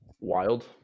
Wild